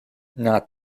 not